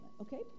Okay